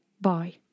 Bye